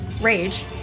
rage